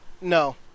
No